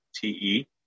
TE